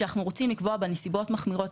שאנחנו רוצים לקבוע בה נסיבות מחמירות,